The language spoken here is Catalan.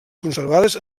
conservades